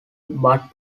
but